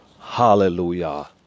Hallelujah